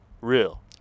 Real